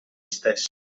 stessi